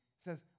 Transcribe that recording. says